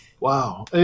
Wow